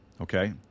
Okay